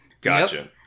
Gotcha